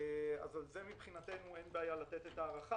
אז על זה מבחינתנו אין בעיה לתת את ההארכה,